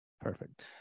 Perfect